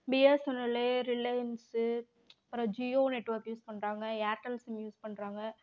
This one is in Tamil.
பிஎஸ்என்எல்லு ரிலையன்ஸு அப்புறம் ஜியோ நெட்வொர்க்கு யூஸ் பண்ணுறாங்க ஏர்டெல் சிம் யூஸ் பண்ணுறாங்க